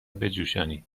بجوشانید